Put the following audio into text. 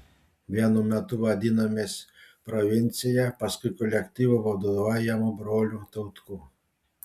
vienu metu vadinomės provincija paskui kolektyvu vadovaujamu brolių tautkų